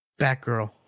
Batgirl